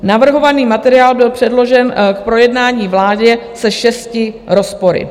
Navrhovaný materiál byl předložen k projednání vládě se šesti rozpory.